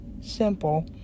simple